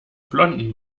blonden